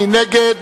מי נגד?